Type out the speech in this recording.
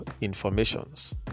informations